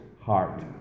heart